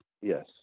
Yes